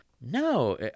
no